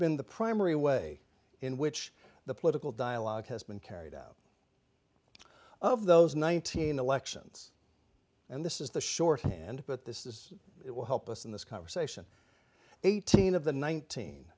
been the primary way in which the political dialogue has been carried out of those nineteen elections and this is the shorthand but this is it will help us in this conversation eighteen of the nineteen